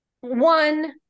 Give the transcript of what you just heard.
One